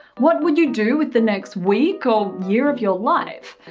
what would you do with the next week or year of your life?